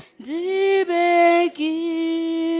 dee dee